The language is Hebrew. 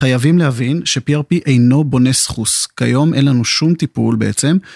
חייבים להבין ש-PRP אינו בונה סחוס, כיום אין לנו שום טיפול בעצם.